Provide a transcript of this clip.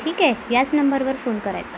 ठीक आहे याच नंबरवर फोन करायचा